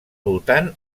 voltant